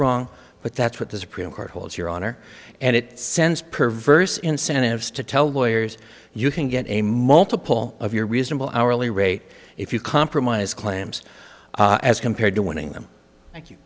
wrong but that's what the supreme court holds your honor and it sends perverse incentives to tell lawyers you can get a multiple of your reasonable hourly rate if you compromise clams as compared to winning them